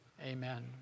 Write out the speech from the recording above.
Amen